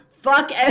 Fuck